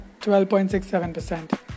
12.67%